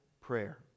prayer